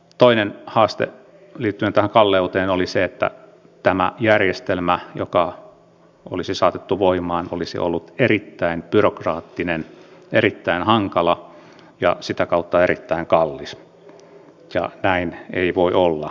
toinen haaste liittyen tähän kalleuteen oli se että tämä järjestelmä joka olisi saatettu voimaan olisi ollut erittäin byrokraattinen erittäin hankala ja sitä kautta erittäin kallis ja näin ei voi olla